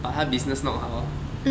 but 他 business not 好